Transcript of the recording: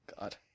God